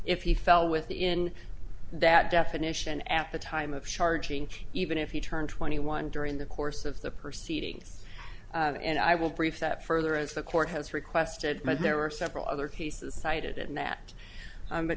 if he fell within that definition at the time of charging even if he turned twenty one during the course of the perceiving and i will brief that further as the court has requested but there are several other cases cited and that